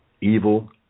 evil